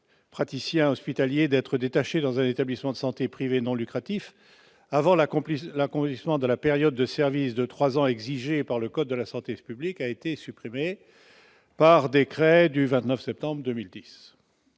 praticien hospitalier d'être détaché dans un établissement de santé privé non lucratif, avant l'accomplissement de la période de service de trois années exigée par le code de la santé publique, a été supprimée par le décret du 29 septembre 2010.